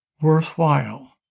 worthwhile